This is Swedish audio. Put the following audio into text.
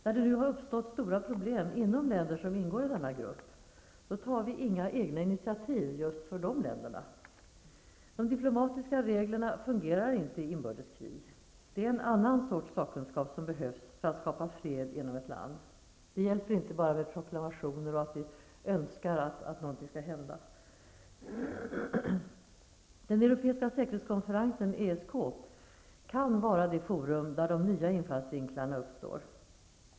När det nu har uppstått stora problem inom länder som ingår i denna grupp, tar vi inga egna initiativ just för dessa länder. De diplomatiska reglerna fungerar inte i inbördeskrig. Det är en annan sorts sakkunskap som behövs för att skapa fred inom ett land. Det hjälper inte bara med proklamationer och att vi önskar att någonting skall hända. Den europeiska säkerhetskonferensen, ESK, kan vara det forum där nya infallsvinklar uppstår.